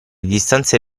distanze